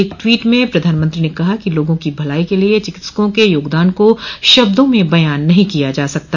एक ट्वीट में प्रधानमंत्री ने कहा कि लोगों की भलाई के लिए चिकित्सकों के योगदान को शब्दों में बयान नहीं किया जा सकता